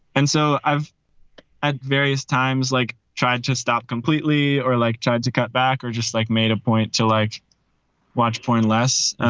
and so i've at various times like tried to stop completely or like tried to cut back or just like made a point to like watch porn less.